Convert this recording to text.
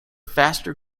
faster